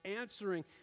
answering